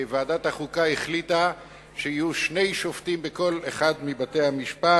ועדת החוקה החליטה שיהיו שני שופטים בכל אחד מבתי-המשפט